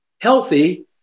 healthy